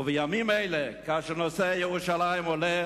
ובימים האלה, כאשר נושא ירושלים עולה